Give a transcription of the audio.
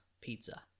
pizza